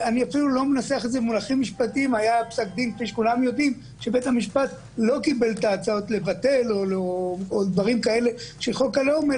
בית המשפט לא קיבל את ההצעות לבטל את חוק הלאום,